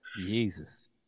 Jesus